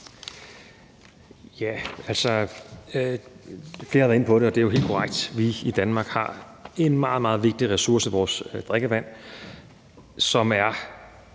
Tak for det. Flere har været inde på det, og det er jo helt korrekt: Vi i Danmark har en meget, meget vigtig ressource, nemlig vores drikkevand. Når